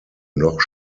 noch